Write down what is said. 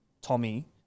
Tommy